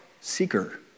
seeker